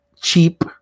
cheap